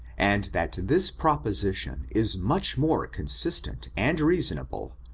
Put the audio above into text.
and that this proposition is much more consistent and reasonable,